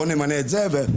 בוא נמנה את זה ואת זה.